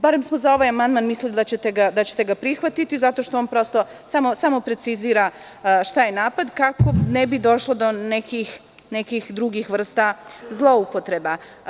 Barem smo za ovaj amandman mislili da ćete ga prihvatiti, zato što on prosto samo precizira šta je napad, kako ne bi došlo do nekih drugih vrsta zloupotreba.